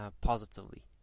positively